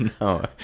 no